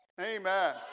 Amen